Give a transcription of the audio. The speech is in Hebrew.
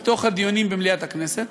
בדיונים במליאת הכנסת,